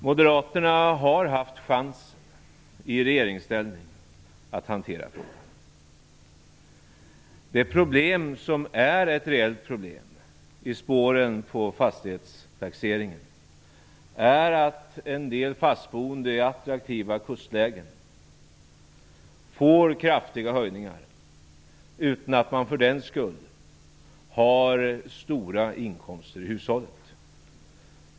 Moderaterna har haft chansen att i regeringsställning hantera frågan. Det problem som är ett reellt problem i spåren av fastighetstaxeringen är att en del fastboende i attraktiva kustområden får kraftiga höjningar utan att man för den skull har stora inkomster i hushållet.